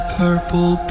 purple